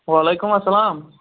وعلیکُم السَلام